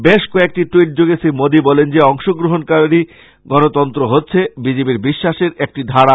বেশকয়েকটি ট্যুইটযোগে শ্রী মোদী বলেন যে অংশগ্রহণকামী গণতন্ত্র হচ্ছে বিজেপির বিশ্বাসের একটি ধারা